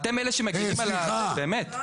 אתם אלה שמגנים על ה --- לא,